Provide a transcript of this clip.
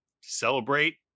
celebrate